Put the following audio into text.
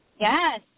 Yes